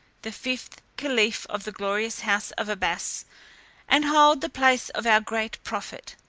the fifth caliph of the glorious house of abbas, and hold the place of our great prophet.